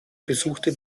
besuchte